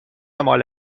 مال